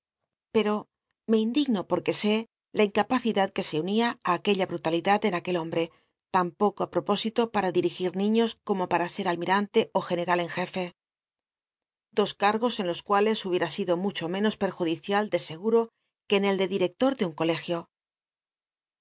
ci'o me indigno or rue sé la incapacidad que l e unia aquella brutalidad en aquel hombt'c tan poco i propósito para dirigir niños como para ser almirante ó general en jefe dos cargos en los cu tlcs hubiera sido mucho menos perjudicial de seguro que en el de director de un colegio